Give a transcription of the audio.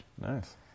nice